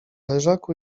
leżaku